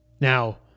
Now